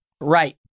right